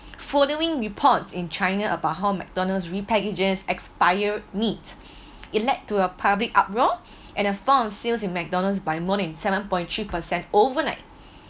following reports in china about how McDonald's repackages expire meat it led to a public uproar and a fall of sales in McDonald's by more than seven point three percent overnight